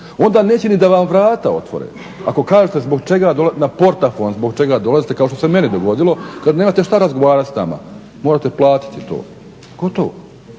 onda neće ni da vam vrata otvore. Ako kažete zbog čega, na portafon zbog čega dolazite, kao što se meni dogodilo, kad nemate što razgovarati s nama, morate platiti to. Gotovo,